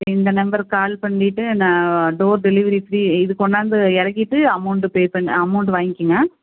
இந்த நம்பருக்கு கால் பண்ணிவிட்டு நான் டோர் டெலிவரி ஃபிரீ இது கொண்டாந்து இறக்கிவிட்டு அமௌன்ட் பே பண் அமௌன்ட் வந்து வாங்கிக்குங்க